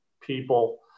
people